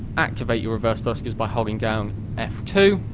activate your reverse thrusters by holding down f two.